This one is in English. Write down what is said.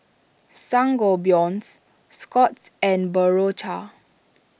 Sangobion Scott's and Berocca